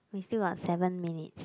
we still got seven minutes